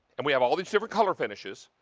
and we have all these favorite color finishes.